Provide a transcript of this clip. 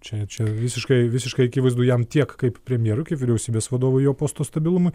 čia čia visiškai visiškai akivaizdu jam tiek kaip premjerui kaip vyriausybės vadovui jo posto stabilumui